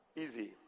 Easy